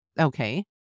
Okay